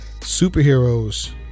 Superheroes